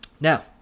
Now